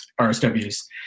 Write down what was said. RSWs